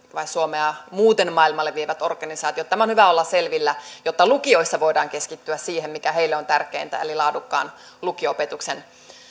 suomea muuten maailmalle vievät organisaatiot tämän on hyvä olla selvillä jotta lukioissa voidaan keskittyä siihen mikä heille on tärkeintä eli laadukkaan lukio opetuksen